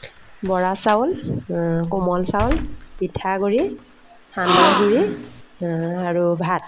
বৰা চাউল কোমল চাউল পিঠাগুড়ি সান্দহ গুড়ি আৰু ভাত